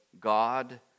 God